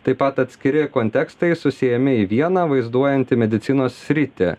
taip pat atskiri kontekstai susiejami į vieną vaizduojantį medicinos sritį